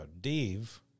Dave